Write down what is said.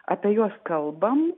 apie juos kalbam